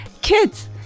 Kids